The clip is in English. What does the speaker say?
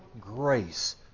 grace